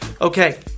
Okay